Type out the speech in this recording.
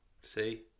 See